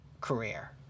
career